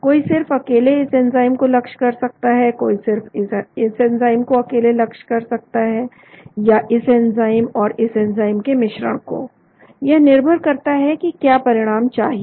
कोई सिर्फ अकेले इस एंजाइम को लक्ष्य कर सकता है कोई सिर्फ इस एंजाइम को अकेले लक्ष्य कर सकता है या इस एंजाइम और इस एंजाइम के मिश्रण को यह निर्भर करता है कि क्या परिणाम चाहिए